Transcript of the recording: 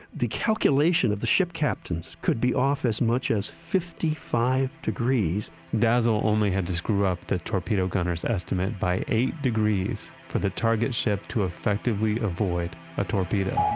the calculation of the ship captains could be off as much as fifty five degrees! dazzle only had to screw up that torpedo gunners estimate by eight degrees for the target ship to effectively avoid a torpedo.